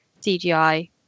CGI